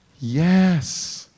Yes